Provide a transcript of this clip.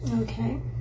Okay